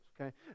okay